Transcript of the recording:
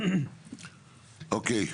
אוקיי.